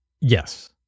Yes